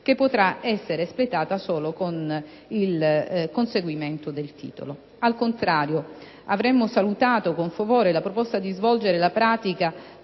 che potrà essere espletata solo con il conseguimento del titolo. Al contrario, avremmo salutato con favore la proposta di svolgere la pratica